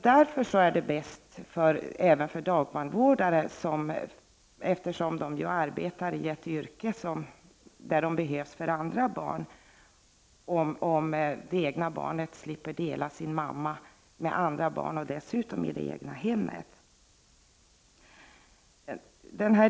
Därför är det bäst även för dagbarnvårdare, eftersom de arbetar i ett yrke där de behövs för andra barn, om det egna barnet slipper dela sin mamma med andra barn och dessutom i det egna hemmet.